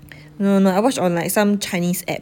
no no no I watch on like some chinese app